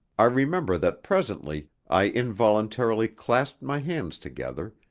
i remember that presently i involuntarily clasped my hands together,